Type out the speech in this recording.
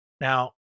Now